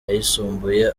ayisumbuye